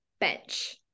bench